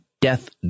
death